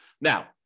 Now